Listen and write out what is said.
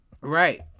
Right